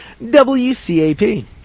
WCAP